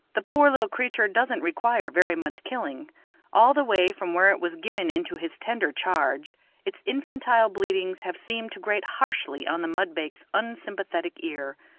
the poor little creature doesn't require very much killing all the way from where it was given into his tender charge its infantile bleatings have seemed to grate harshly on the mudbake's unsympathetic ear,